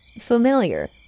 familiar